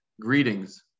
Greetings